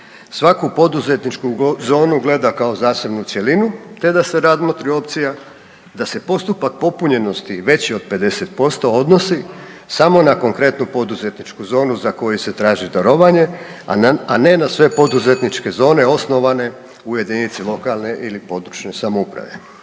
svaku poduzetničku zonu gleda kao zasebnu cjelinu te da se razmotri opcija da se postupak popunjenosti veći od 50% odnosi samo na konkretnu poduzetničku zonu za koju se traži darovanje, a ne na sve poduzetničke zone osnovane u jedinici lokalne ili područne samouprave.